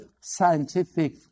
scientific